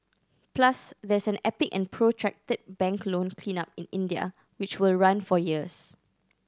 plus there's an epic and protracted bank loan cleanup in India which will run for years